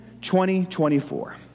2024